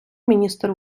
міністр